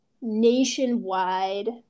nationwide